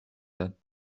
that